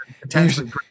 potentially